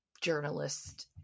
journalist